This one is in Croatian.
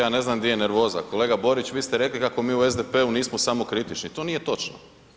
Ja ne znam di je nervoza, kolega Borić, vi ste rekli kako mi u SDP-u nismo samokritični, to nije točno.